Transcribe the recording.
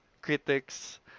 critics